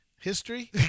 history